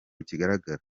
kigaragara